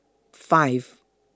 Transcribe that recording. five